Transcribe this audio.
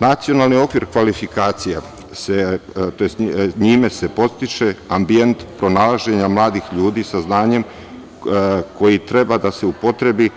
Nacionalni okvir kvalifikacija, njime se postiže ambijent pronalaženja mladih ljudi sa znanjem koje treba da se upotrebi